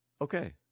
Okay